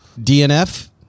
DNF